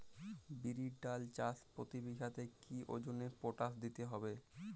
বিরির ডাল চাষ প্রতি বিঘাতে কি ওজনে পটাশ দিতে হবে?